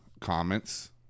comments